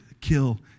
kill